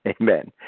Amen